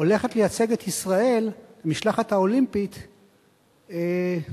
הולכת לייצג את ישראל במשלחת האולימפית בלונדון,